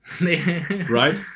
right